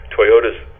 Toyota's